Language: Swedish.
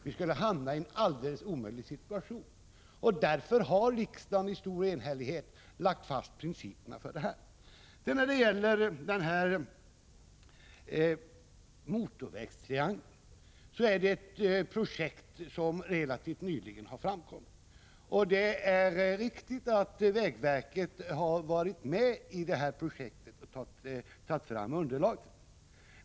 Vi skulle då hamna i en helt omöjlig situation. Därför har riksdagen med stor enhällighet lagt fast principerna för detta. När det gäller motorvägstriangeln har projekt för den relativt nyligen framkommit. Det är riktigt att vägverket har tagit fram underlaget för detta projekt.